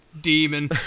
demon